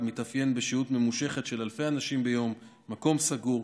המתאפיין בשהות ממושכת של אלפי אנשים ביום במקום סגור,